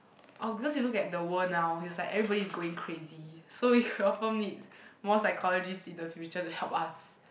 obvious you look at the world now is like everybody is going crazy so if you open me more psychology in the future to help us